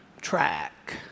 track